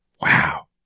Wow